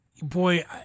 Boy